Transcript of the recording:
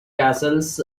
castles